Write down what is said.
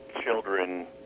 children